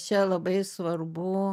čia labai svarbu